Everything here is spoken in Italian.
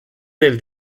del